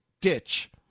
ditch